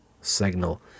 signal